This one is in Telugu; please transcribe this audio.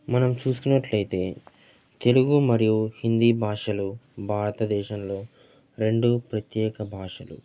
మనం చూసుకున్నట్లయితే తెలుగు మరియు హిందీ భాషలు భారతదేశంలో రెండు ప్రత్యేక భాషలు